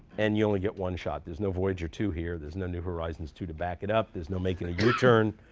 and you only get one shot. there's no voyager two here. there's no new horizons two to back it up. there's no making a u turn.